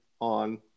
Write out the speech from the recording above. on